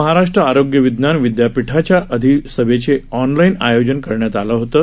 महाराष्ट्र आरोग्य विज्ञान विदयापीठाच्या अधिसभेचे ऑनलाइन आयोजन करण्यात आलं होतं